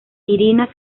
irina